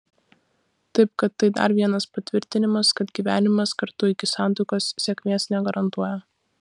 taip kad tai dar vienas patvirtinimas kad gyvenimas kartu iki santuokos sėkmės negarantuoja